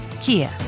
Kia